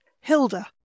Hilda